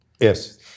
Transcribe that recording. Yes